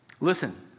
Listen